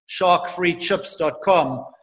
sharkfreechips.com